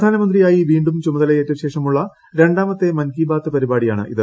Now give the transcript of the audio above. പ്രധാനമന്ത്രിയായി വീണ്ടും ചുമതലയേറ്റശേഷമുള്ള രണ്ടാമത്തെ മൻകി ബാത്ത് പരിപാടിയാണിത്